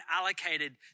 allocated